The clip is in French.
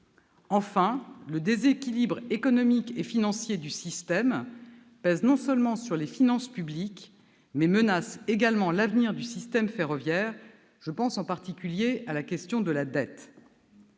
Enfin, le déséquilibre économique et financier du système non seulement pèse sur les finances publiques, mais menace également l'avenir du système ferroviaire ; je pense en particulier à la question de la dette.